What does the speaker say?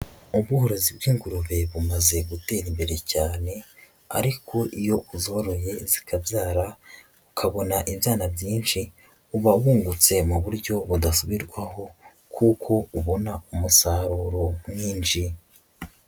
Ubworozi bw'ingurube bumaze gutera imbere cyane, ariko iyo uzoroye bikabyara ukabona ibyana byinshi uba wungutse mu buryo budasubirwaho, kuko ubona umusaruro mwinshi.